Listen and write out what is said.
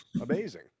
amazing